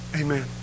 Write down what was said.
Amen